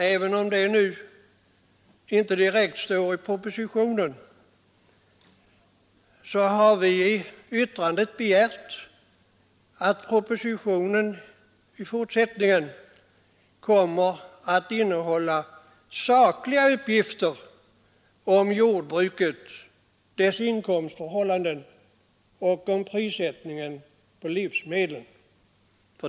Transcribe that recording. Även om det nu inte direkt står i propositionen, så har vi i yttrandet begärt att propositionen i fortsättningen skall innehålla sakliga uppgifter om jordbruket, dess inkomstförhållanden och prissättningen på livsmedel.